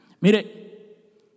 Mire